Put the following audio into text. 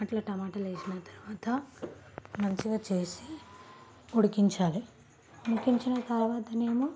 అలా టమాటాలు వేసిన తరువాత మంచిగా చేసి ఉడికించాలి ఉడికించిన తరువాత ఏమో